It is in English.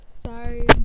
sorry